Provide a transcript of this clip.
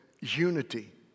unity